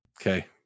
Okay